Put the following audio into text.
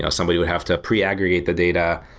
ah somebody would have to pre-aggregate the data,